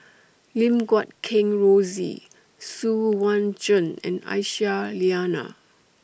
Lim Guat Kheng Rosie Xu Yuan Zhen and Aisyah Lyana